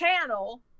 channel